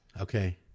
Okay